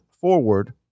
forward